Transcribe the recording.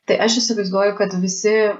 tai aš įsivaizduoju kad visi